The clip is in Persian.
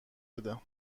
بده